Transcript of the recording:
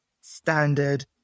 standard